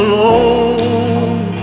Alone